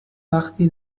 وقتی